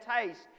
taste